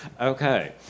Okay